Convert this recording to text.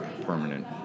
permanent